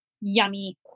yummy